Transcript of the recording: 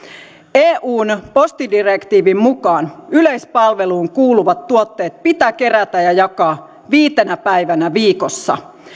eun postidirektiivin mukaan yleispalveluun kuuluvat tuotteet pitää kerätä ja jakaa viitenä päivänä viikossa